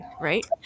right